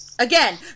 Again